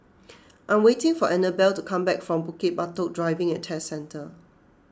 I am waiting for Annabel to come back from Bukit Batok Driving and Test Centre